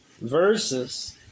Verses